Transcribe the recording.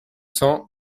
cents